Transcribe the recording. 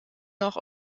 noch